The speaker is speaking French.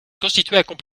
constituaient